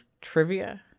trivia